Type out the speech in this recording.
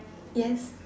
yes